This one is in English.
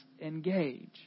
engage